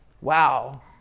Wow